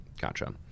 gotcha